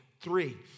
Three